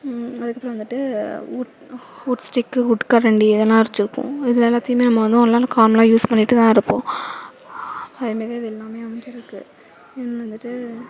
அதுக்கப்புறம் வந்துட்டு wood wood stick wood கரண்டி இதெல்லாம் வச்சிருக்கோம் இது எல்லாத்தையுமே நம்ம காமனாக யூஸ் பண்ணிகிட்டு தான் இருப்போம் அதேமாரி அது எல்லாமே அமைஞ்சிருக்கு இன்னொன்னு வந்துட்டு